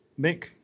mick